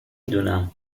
دونم